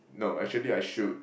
no actually I should